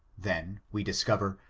then, we discover,